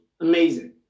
Amazing